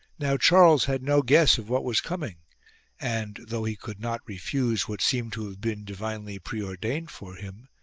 now charles had no guess of what was coming and, though he could not refuse what seemed to have been divinely preordained for him,